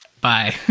bye